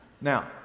Now